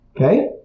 okay